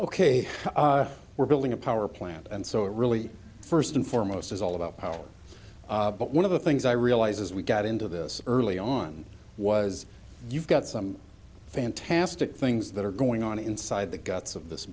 ok we're building a power plant and so it really first and foremost is all about power but one of the things i realized as we got into this early on was you've got some fantastic things that are going on inside the guts of this